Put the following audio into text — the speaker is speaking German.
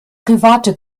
private